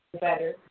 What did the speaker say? better